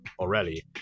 already